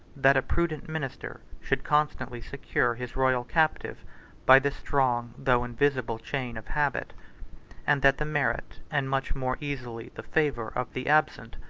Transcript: that a prudent minister should constantly secure his royal captive by the strong, though invisible chain of habit and that the merit, and much more easily the favor, of the absent,